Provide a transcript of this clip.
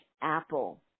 Apple